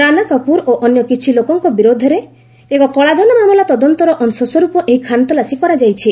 ରାନା କାପୁର୍ ଓ ଅନ୍ୟ କିଛି ଲୋକଙ୍କ ବିରୁଦ୍ଧରେ ଏକ କଳାଧନ ମାମଲା ତଦନ୍ତର ଅଂଶସ୍ୱର୍ପ ଏହି ଖାନ୍ତଲାସୀ କରାଯାଇଛି